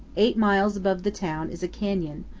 eight miles above the town is a canyon,